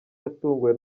yatunguwe